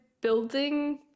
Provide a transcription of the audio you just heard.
building